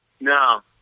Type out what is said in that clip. No